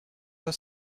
her